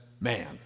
man